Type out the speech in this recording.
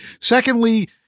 Secondly